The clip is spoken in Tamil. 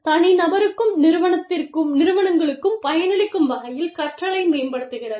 தனிநபருக்கும் நிறுவனங்களுக்கும் பயனளிக்கும் வகையில் கற்றலை மேம்படுத்துகிறது